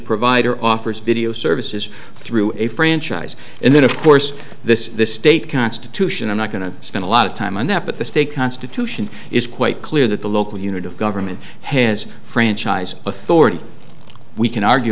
provider offers video services through a franchise and then of course this the state constitution i'm not going to spend a lot of time on that but the state constitution is quite clear that the local unit of government has franchise authority we can argue